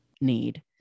need